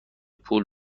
پول